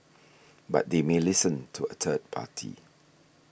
but they may listen to a third party